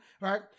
right